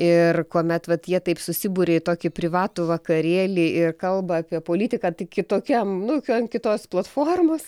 ir kuomet vat jie taip susiburia į tokį privatų vakarėlį kalba apie politiką tik kitokiam nu ant kitos platformos